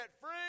free